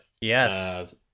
Yes